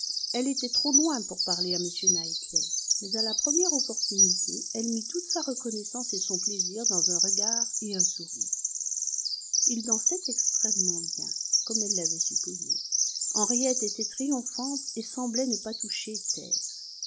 elle était trop loin pour parler à m knightley mais à la première opportunité elle mit toute sa reconnaissance et son plaisir dans un regard et un sourire il dansait extrêmement bien comme elle l'avait supposé henriette était triomphante et semblait ne pas toucher terre